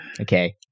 Okay